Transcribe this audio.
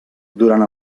durant